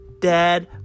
dad